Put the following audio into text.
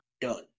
Done